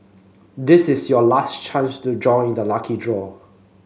this is your last chance to join the lucky draw